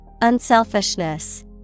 Unselfishness